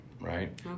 right